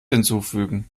hinzufügen